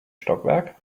stockwerk